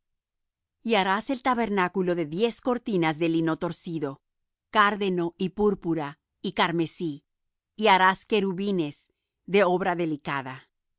y haras el tabernáculo de diez cortinas de lino torcido cárdeno y púrpura y carmesí y harás querubines de obra delicada